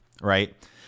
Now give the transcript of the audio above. right